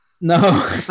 No